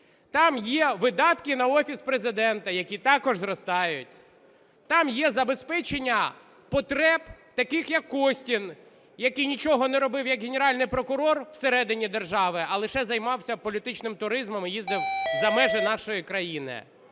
Там є видатки на Офіс Президента, які також зростають. Там є забезпечення потреб таких, як Костін, який нічого не робив як Генеральний прокурор всередині держави, а лише займався політичним туризмом і їздив за межі нашої країни.